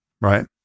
right